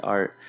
Art